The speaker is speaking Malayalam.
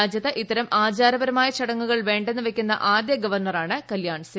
രാജ്യത്ത് ഇത്തരം ആചാരപരമായ ചടങ്ങുകൾ വേ ന്നൂ വയ്ക്കുന്ന ആദ്യ ഗവർണറാണ് കല്യാൺ സിങ്